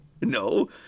no